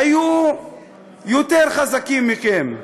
היו יותר חזקים מכם.